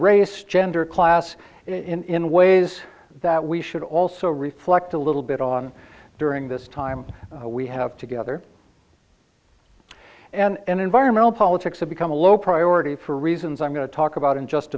race gender class in ways that we should also reflect a little bit on during this time we have together and environmental politics have become a low priority for reasons i'm going to talk about in just